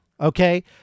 okay